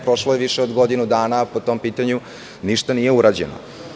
Prošlo je više od godinu dana, a po tom pitanju ništa nije urađeno.